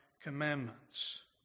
commandments